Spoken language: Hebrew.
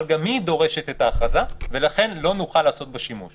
אבל גם היא דורשת את ההכרזה ולכן לא נוכל לעשות בה שימוש.